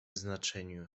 znaczeniu